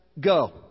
go